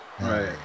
Right